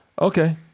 Okay